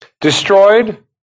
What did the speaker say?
destroyed